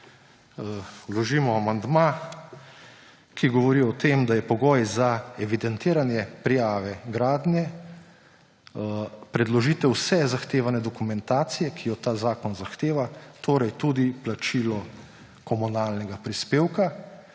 vložimo amandma, ki govori o tem, da je pogoj za evidentiranje prijave gradnje predložitev vse zahtevane dokumentacije, ki jo ta zakon zahteva, torej tudi plačilo komunalnega prispevka.